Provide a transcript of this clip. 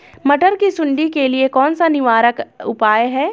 मटर की सुंडी के लिए कौन सा निवारक उपाय है?